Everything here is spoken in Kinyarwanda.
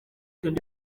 nibwo